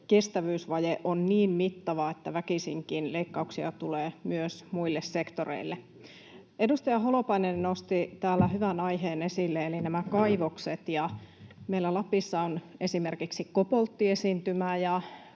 kestävyysvaje on niin mittava, että väkisinkin leikkauksia tulee myös muille sektoreille. Edustaja Holopainen nosti täällä hyvän aiheen esille eli kaivokset. Meillä Lapissa on esimerkiksi kobolttiesiintymä,